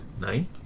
Nine